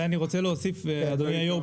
אדוני היושב-ראש,